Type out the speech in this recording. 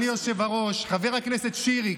חבר הכנסת שירי,